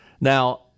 Now